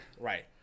Right